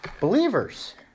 believers